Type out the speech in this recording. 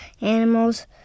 animals